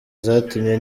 zatumye